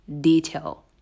detail